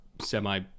semi